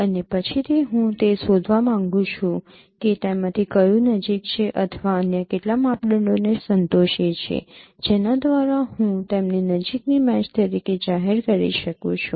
અને પછીથી હું તે શોધવા માંગું છું કે તેમાંથી કયું નજીક છે અથવા અન્ય કેટલા માપદંડોને સંતોષે છે જેના દ્વારા હું તેમને નજીકની મેચ તરીકે જાહેર કરી શકું છું